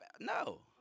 No